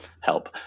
help